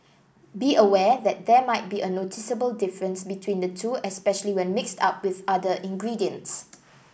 be aware that there might be a noticeable difference between the two especially when mixed up with other ingredients